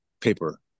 paper